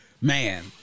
man